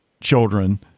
children